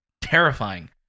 terrifying